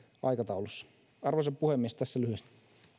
aikataulussa arvoisa puhemies tässä lyhyesti